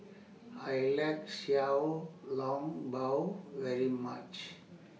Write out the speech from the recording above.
I like Xiao Long Bao very much